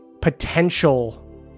potential